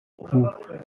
who